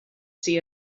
see